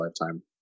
lifetime